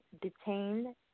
detained